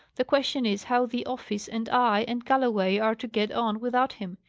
the question is, how the office, and i, and galloway are to get on without him?